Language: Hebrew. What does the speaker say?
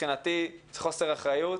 מבחינתי - חוסר אחריות.